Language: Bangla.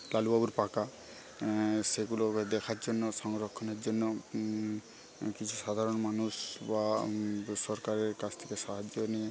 টালু বাবুর পাকা সেগুলো এ দেখার জন্য সংরক্ষণের জন্য কিছু সাধারণ মানুষ বা সরকারের কাছ থেকে সাহায্য নিয়ে